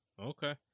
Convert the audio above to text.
Okay